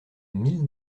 mille